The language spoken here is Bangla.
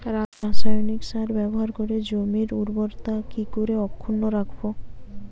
রাসায়নিক সার ব্যবহার করে জমির উর্বরতা কি করে অক্ষুণ্ন রাখবো